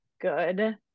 good